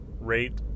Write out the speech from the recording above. rate